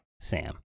Sam